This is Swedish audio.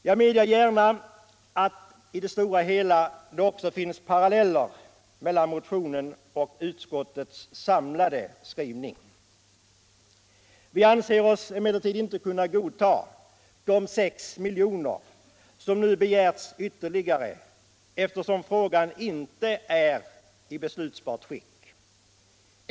Jag medger gärna att i det stora hela finns det också paralleller mellan motionen och utskottets skrivning. Vi anser oss emellertid inte kunna godta de 6 miljoner som nu begärs ytterligare, eftersom frågan inte är i bestlutbart skick.